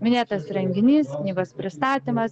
minėtas renginys knygos pristatymas